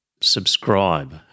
subscribe